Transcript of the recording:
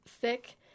thick